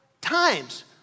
times